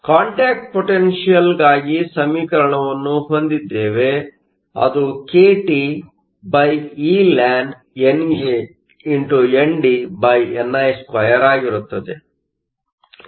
ಆದ್ದರಿಂದ ಕಾಂಟ್ಯಾಕ್ಟ್ ಪೊಟೆನ್ಷಿಯಲ್ಗಾಗಿ ಸಮೀಕರಣವನ್ನು ಹೊಂದಿದ್ದೇವೆ ಅದು kTeln NANDni2 ಆಗಿರುತ್ತದೆ